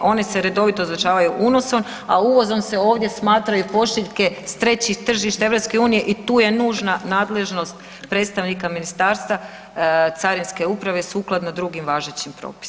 One se redovito označavaju unosom, a uvozom se ovdje smatraju pošiljke s trećih tržišta EU i tu je nužna nadležnost predstavnika Ministarstva carinske uprave sukladno drugim važećim propisima.